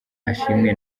ashimwe